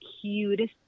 cutest